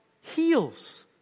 heals